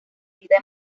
vida